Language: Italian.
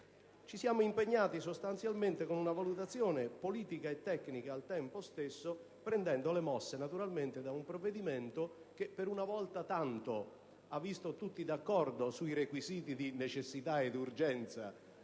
Ci siamo impegnati, con una valutazione politica e tecnica al tempo stesso, prendendo le mosse da un provvedimento che per una volta tanto ha visto tutti d'accordo sui requisiti di necessità e urgenza,